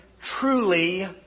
truly